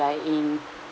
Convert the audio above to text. like in